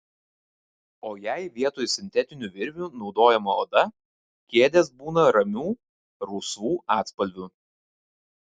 o jei vietoj sintetinių virvių naudojama oda kėdės būna ramių rusvų atspalvių